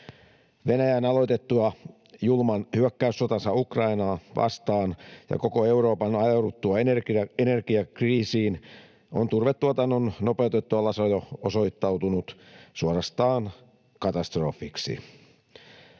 Venäjän aloitettua julman hyökkäyssotansa Ukrainaa vastaan ja koko Euroopan ajauduttua energiakriisiin on turvetuotannon nopeutettu alasajo osoittautunut suorastaan katastrofiksi.